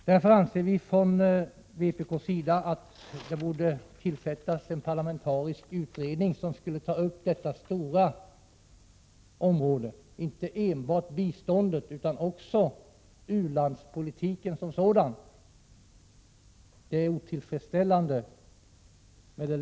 Vpk anser därför att det bör tillsättas en parlamentarisk utredning med uppgift att utreda inte enbart vår biståndspolitik utan också u-landspolitiken som sådan. Nuvarande situation är otillfredsställande.